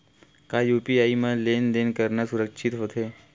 का यू.पी.आई म लेन देन करना सुरक्षित होथे?